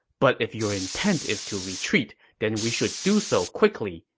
but if your intent is to retreat, then we should do so quickly.